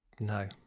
No